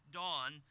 dawn